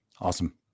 Awesome